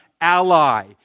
ally